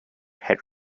had